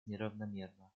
неравномерно